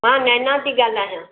मां नैना थी ॻाल्हायां